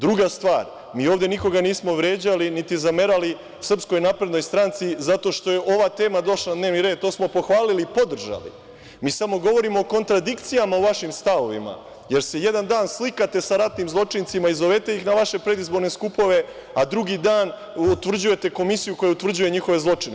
Druga stvar, mi ovde nikoga nismo vređali niti zamerali SNS zato što je ova tema došla na dnevni red, to smo pohvalili i podržali, mi samo govorimo o kontradikcijama u vašim stavovima, jer se jedan dan slikate sa ratnim zločincima i zovete ih na vaše predizborne skupove, a drugi dan utvrđujete komisiju koja utvrđuje njihove zločine.